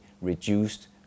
reduced